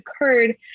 occurred